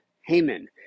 Haman